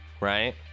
right